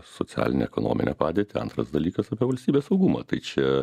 socialinę ekonominę padėtį antras dalykas apie valstybės saugumą tai čia